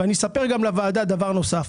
אני אספר לוועדה דבר נוסף.